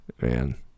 Man